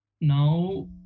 now